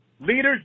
Leaders